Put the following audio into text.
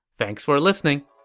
thanks for listening!